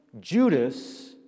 Judas